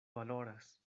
valoras